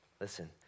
listen